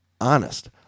Honest